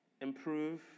improve